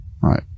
Right